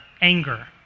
Anger